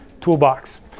toolbox